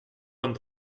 vingt